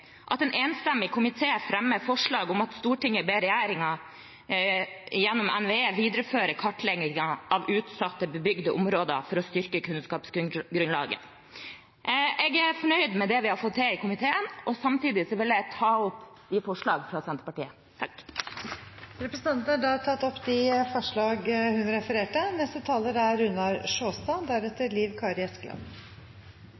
at en enstemmig komité fremmer forslag om at Stortinget ber regjeringen gjennom NVE videreføre kartleggingen av utsatte bebygde områder for å styrke kunnskapsgrunnlaget. Jeg er fornøyd med det vi har fått til i komiteen. Jeg vil ta opp de forslagene som Senterpartiet har sammen med andre partier i denne saken. Representanten Sandra Borch har tatt opp de forslagene hun refererte